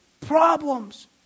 Problems